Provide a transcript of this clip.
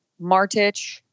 Martich